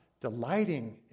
delighting